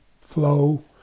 flow